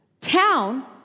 town